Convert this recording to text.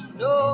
no